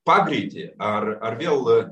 pagreitį ar ar vėl